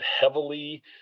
heavily